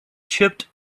chipped